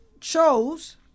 chose